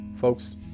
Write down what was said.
Folks